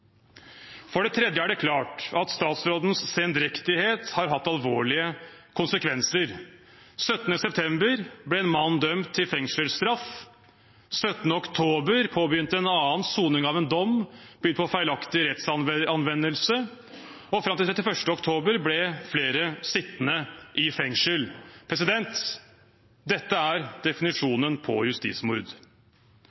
For det tredje er det klart at statsrådens sendrektighet har hatt alvorlige konsekvenser. Den 17. september ble en mann dømt til fengselsstraff, 17. oktober påbegynte en annen soning av en dom bygd på feilaktig rettsanvendelse, og fram til 31. oktober ble flere sittende i fengsel. Dette er